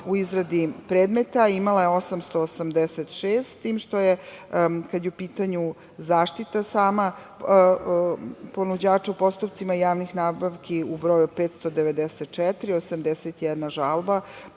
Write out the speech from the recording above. u izradi predmeta. Imala je 886, s tim što je, kada je u pitanju sama zaštita ponuđača u postupcima javnih nabavki, u broju od 594, 81 žalba